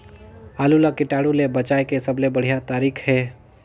आलू ला कीटाणु ले बचाय के सबले बढ़िया तारीक हे?